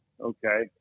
okay